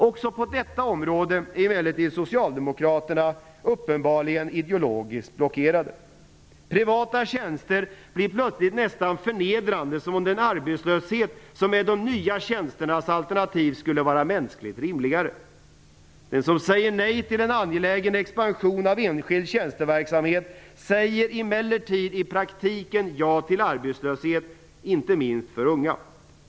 Också på detta område är emellertid socialdemokraterna uppenbarligen ideologiskt blockerade. Privata tjänster blir plötsligt nästan förnedrande, som om den arbetslöshet som är de nya tjänsternas alternativ skulle vara mänskligt rimligare. Den som säger nej till en angelägen expansion av enskild tjänsteverksamhet säger i praktiken ja till arbetslöshet, inte minst för unga.